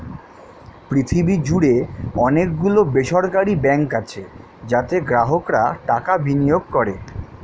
পৃথিবী জুড়ে অনেক গুলো বেসরকারি ব্যাঙ্ক আছে যাতে গ্রাহকরা টাকা বিনিয়োগ করে